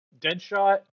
Deadshot